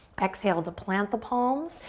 exhale to plant the palms,